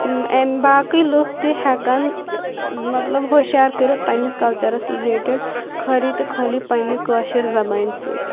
امہِ باقٕے لُکھ تہِ ہٮ۪کن مطلب ہوشیار کٔرِتھ پنٛنِس کلچرس رِلیٹڈ خٲلی تہٕ خٲلی پنٛنہِ کٲشٕر زبانہِ سۭتۍ